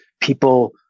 people